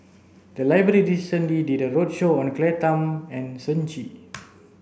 the library recently did a roadshow on Claire Tham and Shen Xi